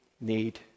need